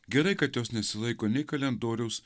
gerai kad jos nesilaiko nei kalendoriaus